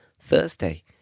Thursday